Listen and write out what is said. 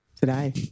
today